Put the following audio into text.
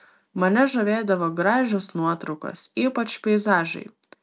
mane žavėdavo gražios nuotraukos ypač peizažai